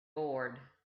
board